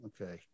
Okay